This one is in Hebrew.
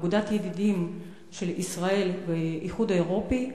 אגודת הידידים של ישראל באיחוד האירופי,